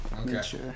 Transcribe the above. okay